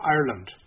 Ireland